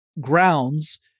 grounds